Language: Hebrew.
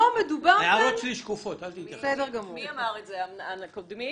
כולם תומכים,